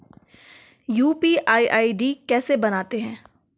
UPI ID कैसे बनाते हैं?